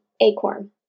acorn